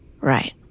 Right